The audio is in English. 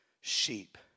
sheep